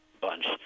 bunch